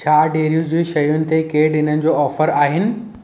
छा डेयरी जूं शयुनि ते कंहिं ॾींहंनि जो ऑफर आहिनि